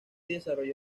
desarrolló